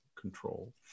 control